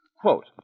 Quote